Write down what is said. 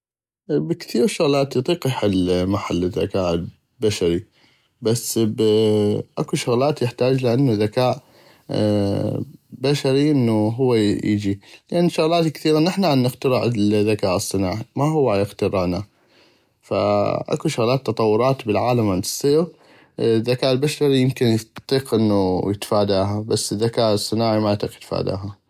كثيغ شغلات اطيق احل محل الذكاء البشري بس ب اكو شغلات يحتاجلها انو ذكاء بشري انو هو اليجي لان شغلات كثيغة نحنا الي عنخترع الذكاء الصناعي ما هو عيخترعلنا فاكو شغلات تطورات بل العالم تصيغ الذكاء البشري يمكن اطيق انو يتفاداها بس الذكاء الاصطناعي ما اطيق يتفاداها.